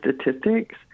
statistics